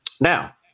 Now